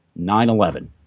9-11